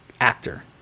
actor